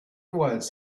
was